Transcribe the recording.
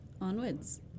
Onwards